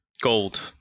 Gold